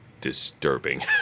disturbing